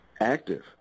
Active